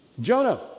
Jonah